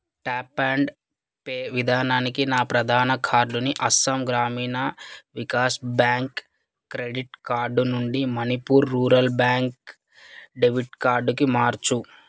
tap and pay విధానానికి నా ప్రధాన కార్డుని Assam Gramin Vikash bank credit card నుండి మణిపూర్ రూరల్ బ్యాంక్ డెబిట్ కార్డ్కి మార్చు